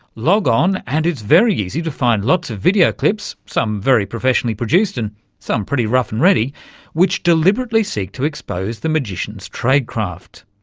log on and it's very easy to find lots of video clips some very professionally produced and some pretty rough-and-ready which deliberately seek to expose the magician's tradecraft.